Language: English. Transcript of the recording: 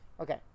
Okay